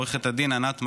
עו"ד ענת מימון,